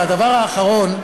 והדבר האחרון,